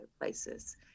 places